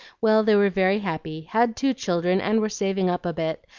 well, they were very happy, had two children, and were saving up a bit,